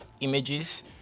images